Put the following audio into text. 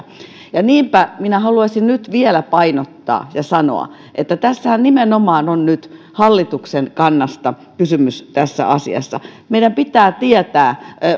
niinpä minä haluaisin nyt vielä painottaa ja sanoa että tässä asiassahan nimenomaan on nyt hallituksen kannasta kysymys meidän pitää tietää